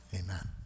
amen